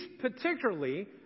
particularly